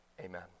Amen